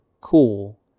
cool